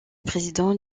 président